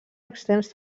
extens